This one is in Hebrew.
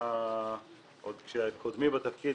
עוד עם קודמי בתפקיד,